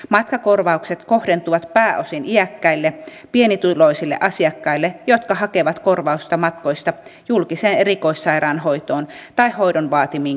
matkakorvaukset kohdentuvat pääosin iäkkäille pienituloisille asiakkaille jotka hakevat korvausta matkoista julkiseen erikoissairaanhoitoon tai hoidon vaatimiin kontrollikäynteihin